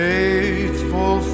Faithful